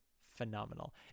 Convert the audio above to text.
phenomenal